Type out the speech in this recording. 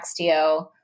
Textio